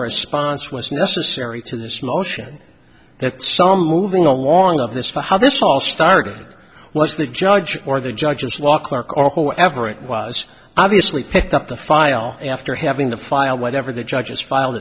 saumur sponsors was necessary to this motion that some moving along of this for how this all started was the judge or the judges law clerk or whoever it was obviously picked up the file after having to file whatever the judges file